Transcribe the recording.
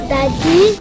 Daddy